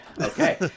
okay